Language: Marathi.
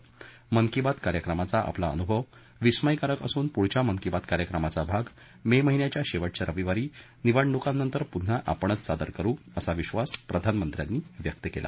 मन की बात कार्यक्रमाचा आपला अनुभव विस्मयकारक असून पुढच्या मन की बात कार्यक्रमाचा भाग मे महिन्याच्या शेवटच्या रविवारी निवडणुकानंतर पुन्हा आपणच सादर करु असा विश्वास प्रधानमंत्र्यांनी व्यक्त केला